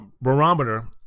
barometer